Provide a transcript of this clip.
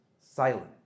silent